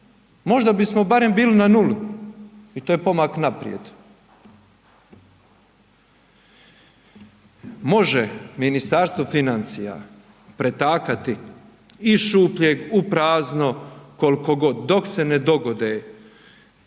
možda bismo barem bili na nuli i to je pomak naprijed. Može Ministarstvo financije pretakati iz šupljeg u prazno koliko god dok se ne dogode